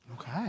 okay